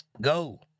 Go